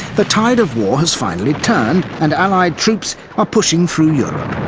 the tide of war has finally turned and allied troops are pushing through europe.